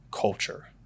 culture